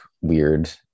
weird